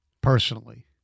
personally